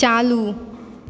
चालू